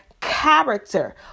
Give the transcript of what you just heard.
character